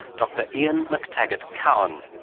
dr ian mctaggart-cowan,